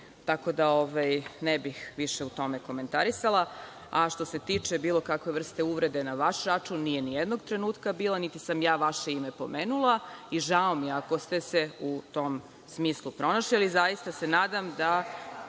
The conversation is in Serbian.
tako da ne bih više o tome komentarisala. A što se tiče bilo kakve vrste uvrede na vaš račun nije nijednog trenutka bila niti sam ja vaše ime pomenula i žao mi je ako ste se u tom smislu pronašli, ali zaista se nadam…(Vjerica